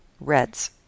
Reds